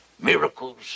miracles